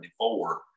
1974